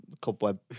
cobweb